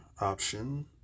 option